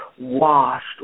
washed